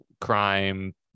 crime